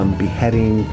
beheading